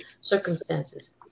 circumstances